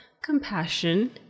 Compassion